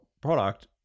product